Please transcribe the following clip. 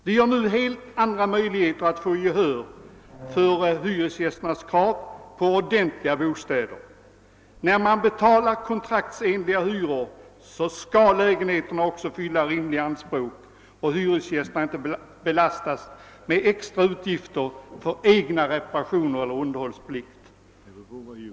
Vi har nu helt andra möjligheter att få gehör för hyresgästernas krav på ordentliga bostäder. När man betalar kontraktsenliga hyror skall lägenheterna också fylla rimliga anspråk och hyresgästerna inte belastas med extra utgifter för egna reparationer eller underhållsplikt.